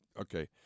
okay